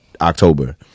october